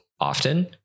Often